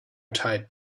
type